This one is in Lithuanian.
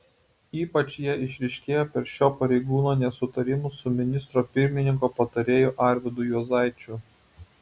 ypač jie išryškėjo per šio pareigūno nesutarimus su ministro pirmininko patarėju arvydu juozaičiu